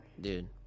Dude